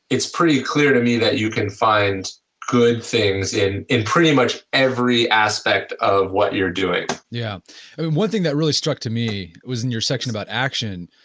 it's pretty clear to me that you can find good things in in pretty much every aspect of what you're doing yeah, and one thing that really struck to me in your section about action,